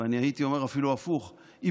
ואני הייתי אומר אפילו הפוך: היא